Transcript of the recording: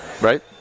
right